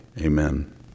Amen